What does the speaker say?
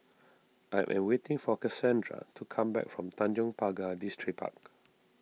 I am waiting for Casandra to come back from Tanjong Pagar Distripark